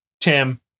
Tim